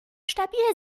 stabil